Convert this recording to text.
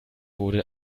wurde